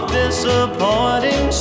disappointing